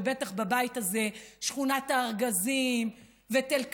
ובטח בבית הזה: שכונת הארגזים, ותל כביר,